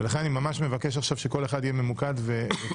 ולכן אני ממש מבקש עכשיו שכל אחד יהיה ממוקד וקצר,